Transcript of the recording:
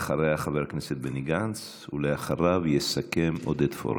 אחריה, חבר הכנסת בני גנץ, ואחריו יסכם עודד פורר.